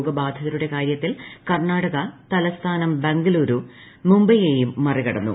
രോഗബാധിതരുടെ കാരൃത്തിൽ കർണാടക തലസ്ഥാനം ബംഗളൂരു മുംബൈയെയും മറികടന്നു